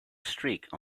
streak